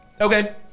Okay